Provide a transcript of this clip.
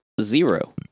zero